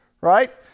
right